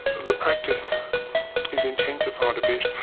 the practice is intensified a bit.